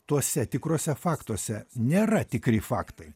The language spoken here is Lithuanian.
tuose tikruose faktuose nėra tikri faktai